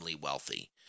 wealthy